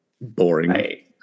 boring